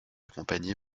accompagné